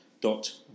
dot